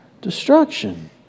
Destruction